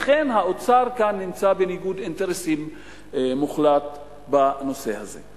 לכן האוצר נמצא בניגוד אינטרסים מוחלט בנושא הזה.